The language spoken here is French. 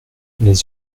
les